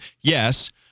yes